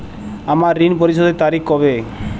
আমার ঋণ পরিশোধের তারিখ কবে?